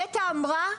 נת"ע אמרה: